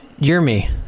Jeremy